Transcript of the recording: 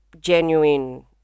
genuine